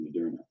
Moderna